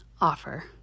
offer